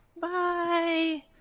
Bye